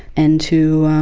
and to